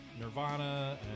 Nirvana